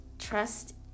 trust